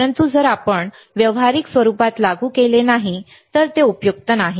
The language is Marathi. परंतु जर आपण व्यावहारिक स्वरूपात लागू केले नाही तर ते उपयुक्त नाही